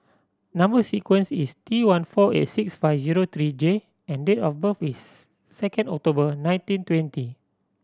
number sequence is T one four eight six five zero three J and date of birth is second October nineteen twenty